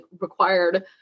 required